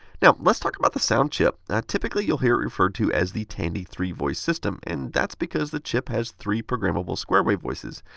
now let's talk about the sound chip. typically you'll hear it referred to as the tandy three voice system, and that's because the chip has three programmable square wave voices.